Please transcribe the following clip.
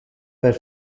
per